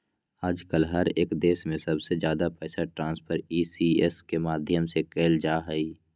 आजकल हर एक देश में सबसे ज्यादा पैसा ट्रान्स्फर ई.सी.एस के माध्यम से कइल जाहई